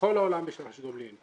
בכל העולם יש רכש גומלין.